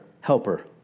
helper